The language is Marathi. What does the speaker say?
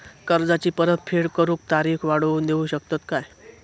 कर्जाची परत फेड करूक तारीख वाढवून देऊ शकतत काय?